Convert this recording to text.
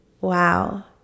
Wow